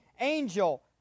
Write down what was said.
angel